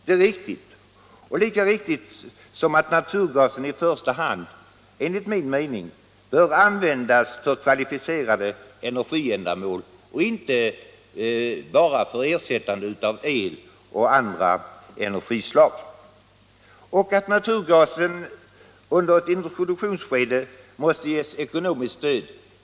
Det är riktigt — lika riktigt som att naturgasen i första hand bör användas för kvalificerade energiändamål och inte bara för att ersätta el och andra former av energi. Det framstår för mig som alldeles självklart att naturgasen under ett introduktionsskede måste ges ekonomiskt stöd.